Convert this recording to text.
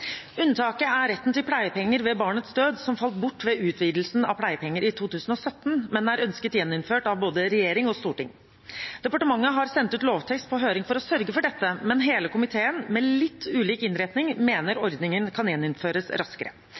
Unntaket er retten til pleiepenger ved barnets død, som falt bort ved utvidelsen av pleiepenger i 2017, men som er ønsket gjeninnført av både regjering og storting. Departementet har sendt ut en lovtekst på høring for å sørge for dette, men hele komiteen – med litt ulik innretning – mener ordningen kan gjeninnføres raskere.